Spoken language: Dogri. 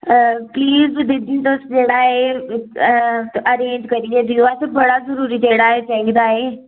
प्लीज दीदी तुस जेह्ड़ा एह् अरेंज करियै देओ असें बड़ा जरूरी जेह्ड़ा एह् चाहिदा ऐ